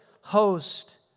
host